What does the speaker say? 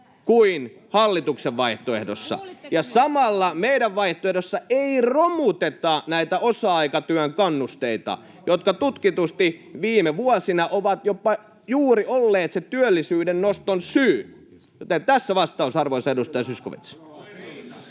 näin! Matalampi verotus!] ja samalla meidän vaihtoehdossamme ei romuteta näitä osa-aikatyön kannusteita, jotka tutkitusti viime vuosina ovat jopa juuri olleet se työllisyyden noston syy. — Joten tässä vastaus, arvoisa edustaja Zyskowicz.